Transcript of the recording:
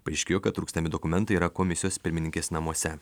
paaiškėjo kad trūkstami dokumentai yra komisijos pirmininkės namuose